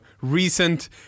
recent